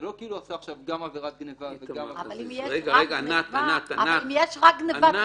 זה לא כאילו הוא עשה עכשיו גם עבירת גניבה וגם -- אבל אם יש רק גניבה,